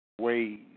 ways